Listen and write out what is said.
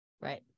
Right